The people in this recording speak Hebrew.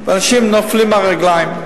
ואנשים נופלים מהרגליים.